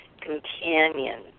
companion